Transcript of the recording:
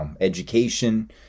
education